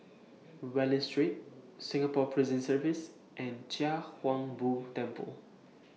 Wallich Street Singapore Prison Service and Chia Hung Boo Temple